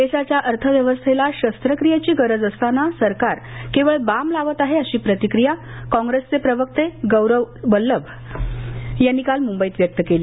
देशाच्या अर्थव्यवस्थेला शस्त्रक्रीयेची गरज असताना सरकार केवळ बाम लावतं आहे अशी प्रतिक्रीया कॉप्रेस प्रवक्ते गौरव वल्लभ यांनी काल मुंबईत व्यक्त केली